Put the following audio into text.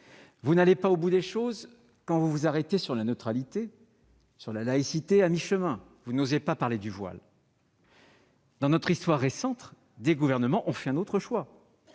vous n'allez pas au bout des choses quand vous vous arrêtez à mi-chemin sur la neutralité et sur la laïcité. Vous n'osez pas parler du voile. Dans notre histoire récente, des gouvernements ont fait un autre choix,